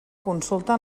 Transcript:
consulta